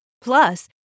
Plus